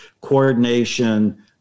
coordination